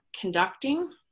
conducting